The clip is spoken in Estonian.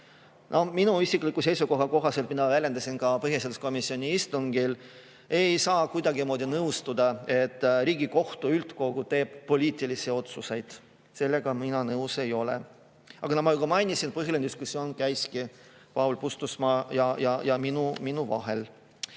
Minu isikliku seisukoha kohaselt, mida ma väljendasin ka põhiseaduskomisjoni istungil, ei saa kuidagimoodi nõustuda, et Riigikohtu üldkogu teeb poliitilisi otsuseid. Sellega mina nõus ei ole. Aga nagu ma juba mainisin, põhiline diskussioon käiski Paul Puustusmaa ja minu vahel.